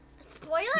Spoiler